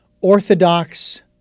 orthodox